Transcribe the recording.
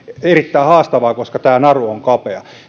erittäin haastavaa koska tämä naru on kapea